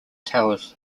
towers